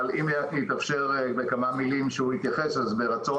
אבל אם יתאפשר שהוא יתייחס בכמה מילים אז ברצון.